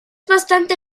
bastante